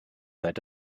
seit